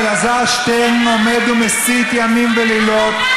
אבל אלעזר שטרן עומד ומסית ימים ולילות.